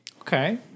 Okay